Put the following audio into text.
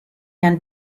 can